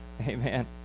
Amen